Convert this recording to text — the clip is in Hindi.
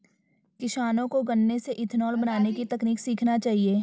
किसानों को गन्ने से इथेनॉल बनने की तकनीक सीखना चाहिए